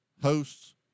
Hosts